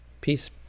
Peace